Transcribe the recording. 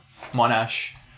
Monash